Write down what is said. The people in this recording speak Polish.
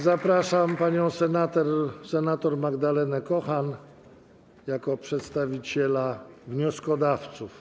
Zapraszam panią senator Magdalenę Kochan jako przedstawiciela wnioskodawców.